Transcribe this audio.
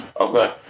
Okay